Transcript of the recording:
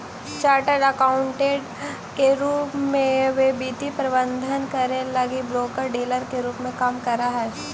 chartered accountant के रूप में वे वित्तीय प्रबंधन करे लगी ब्रोकर डीलर के रूप में काम करऽ हई